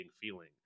feeling